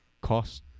cost